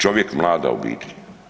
Čovjek, mlada obitelj.